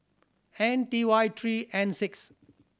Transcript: I T Y three N six